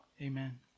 amen